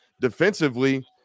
Defensively